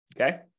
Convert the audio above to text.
Okay